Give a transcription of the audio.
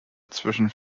zwischen